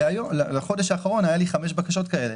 בחודש האחרון היו לי חמש בקשות כאלה